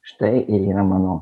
štai ir yra mano